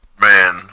Man